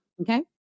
Okay